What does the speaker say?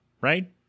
right